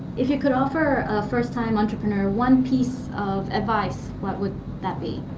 you could offer a first time entrepreneur one piece of advice, what would that be?